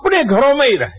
अपने घरों में ही रहें